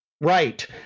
Right